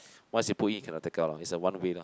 once you put in you cannot take out lah it's a one way lah